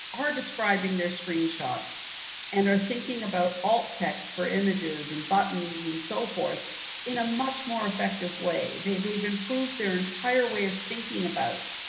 are describing their screenshots and are thinking about alt text for images and buttons and so forth in a much more effective way. they've improved their entire way of thinking about